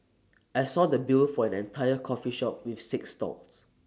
I saw the bill for an entire coffee shop with six stalls